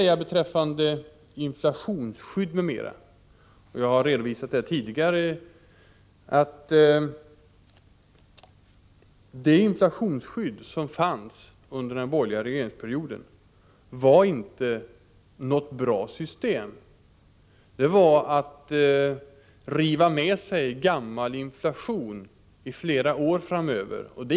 Jag har tidigare redovisat att det inflationsskydd som fanns under den borgerliga regeringsperioden inte innebar något bra system. Det rev med sig gammal inflation i flera år framöver.